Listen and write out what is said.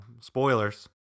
Spoilers